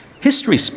History